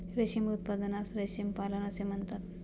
रेशीम उत्पादनास रेशीम पालन असे म्हणतात